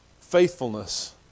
faithfulness